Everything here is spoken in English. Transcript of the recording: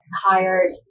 hired